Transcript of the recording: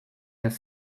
their